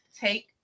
take